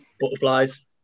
Butterflies